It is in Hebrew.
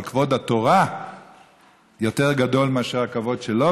אבל כבוד התורה יותר גדול מאשר הכבוד שלו,